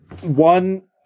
one